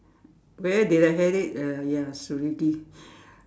where did I had it uh ya Selegie